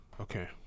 Okay